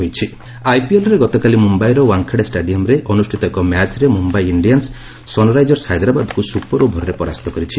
IPL ଆଇପିଏଲ୍ରେ ଗତକାଲି ମୁମ୍ବାଇର ୱାଙ୍ଗଡ଼େ ଷ୍ଟାଡିୟମ୍ରେ ଅନୁଷ୍ଠିତ ଏକ ମ୍ୟାଚ୍ରେ ମୁମ୍ୟାଇ ଇଣ୍ଡିଆନ୍ନ ସନ୍ରାଇଜର୍ସ ହାଇଦ୍ରାବାଦ୍କୁ ସୁପର ଓଭରରେ ପରାସ୍ତ କରିଛି